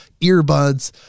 earbuds